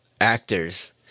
actors